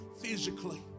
physically